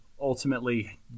ultimately